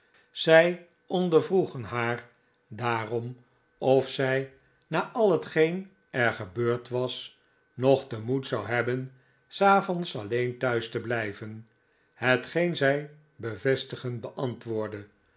zij ondervroegen haar daarom of zij na al hetgeen er gebeurd was nog den moed zou hebben s avonds alleen thuis te blijven hetgeen zij bevestigend beantwoordde